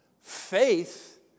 faith